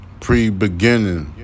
pre-beginning